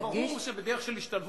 לא, לא, ברור שבדרך של השתלבות.